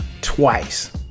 twice